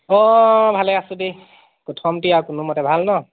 অ ভালে আছোঁ দেই কথমপি আৰু কোনোমতে ভাল ন'